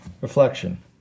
Reflection